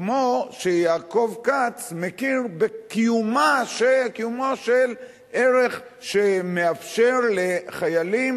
כמו שיעקב כץ מכיר בקיומו של ערך שמאפשר לחיילים